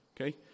okay